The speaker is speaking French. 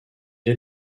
est